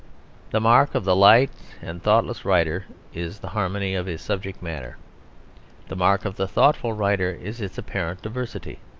the mark of the light and thoughtless writer is the harmony of his subject matter the mark of the thoughtful writer is its apparent diversity.